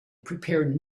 prepare